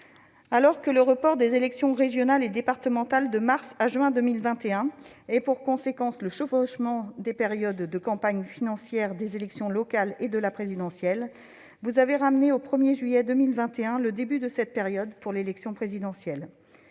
Alors que le report des élections régionales et départementales de mars à juin 2021 a pour conséquence le chevauchement des périodes de campagne financière des élections locales et de l'élection présidentielle, vous avez reculé au 1juillet 2021 le début de cette période pour l'élection présidentielle.